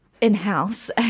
in-house